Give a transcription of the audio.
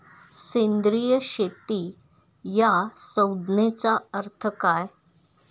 सेंद्रिय शेती या संज्ञेचा अर्थ काय?